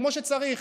כמו שצריך.